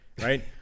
right